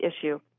issue